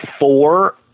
four